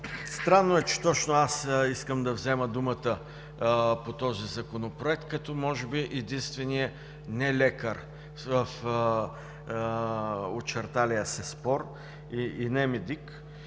Странно е, че точно аз искам да взема думата по този законопроект, като може би единственият не-лекар в очерталия се спор и не-медик.